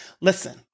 Listen